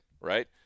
right